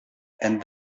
and